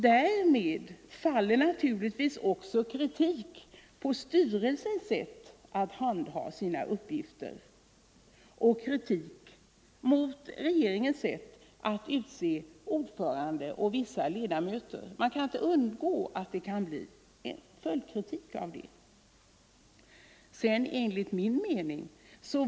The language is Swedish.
Därmed faller naturligtvis också en del kritik på styrelsen för dess sätt att handha sin uppgift samt kritik på regeringen för dess sätt att utse ordförande och vissa ledamöter. Regeringen kan inte undgå en följdkritik i det fallet.